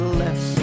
less